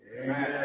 Amen